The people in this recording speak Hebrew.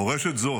מורשת זו